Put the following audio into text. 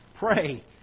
Pray